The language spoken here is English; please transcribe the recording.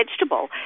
vegetable